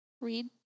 read